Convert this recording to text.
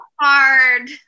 hard